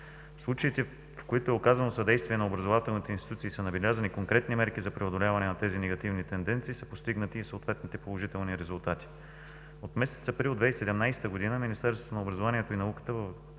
случаите, в които е оказано съдействие на образователните институции и са набелязани конкретни мерки за преодоляване на тези негативни тенденции, са постигнати и съответните положителни резултати. От месец април 2017 г. Министерството на образованието и науката